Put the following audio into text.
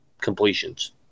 completions